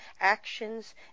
actions